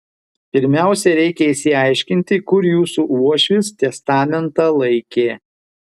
pirmiausia reikia išsiaiškinti kur jūsų uošvis testamentą laikė